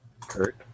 Kurt